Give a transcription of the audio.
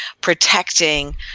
protecting